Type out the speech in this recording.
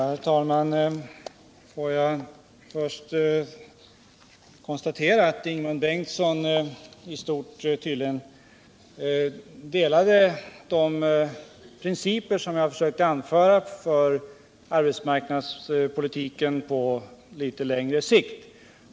Herr talman! Får jag först konstatera att Ingemund Bengtsson tydligen i stort delade de principer som jag försökte anföra för arbetsmarknadspolitiken på litet längre sikt.